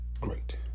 great